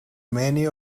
many